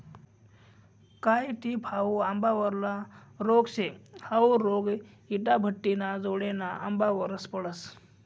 कायी टिप हाउ आंबावरला रोग शे, हाउ रोग इटाभट्टिना जोडेना आंबासवर पडस